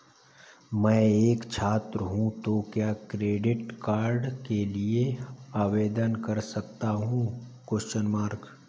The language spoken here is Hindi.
मैं एक छात्र हूँ तो क्या क्रेडिट कार्ड के लिए आवेदन कर सकता हूँ?